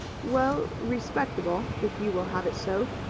well, respectable, if you will have it so.